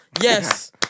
Yes